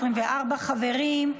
חברים,